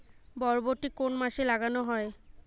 বরবটি কোন মাসে লাগানো হয়?